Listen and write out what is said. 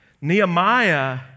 Nehemiah